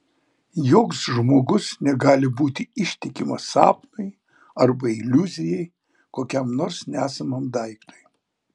joks žmogus negali būti ištikimas sapnui arba iliuzijai kokiam nors nesamam daiktui